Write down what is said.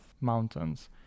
mountains